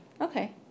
Okay